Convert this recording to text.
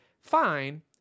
fine